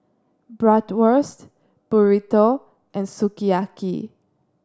Bratwurst Burrito and Sukiyaki